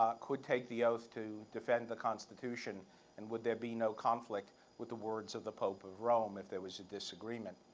um could take the oath to defend the constitution and would there be no conflict with the words of the pope of rome, if there was a disagreement?